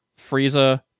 Frieza